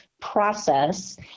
process